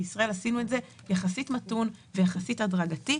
בישראל עושים את זה יחסית מתון ויחסית הדרגתי,